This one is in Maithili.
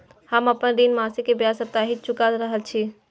हम आपन ऋण मासिक के ब्याज साप्ताहिक चुका रहल छी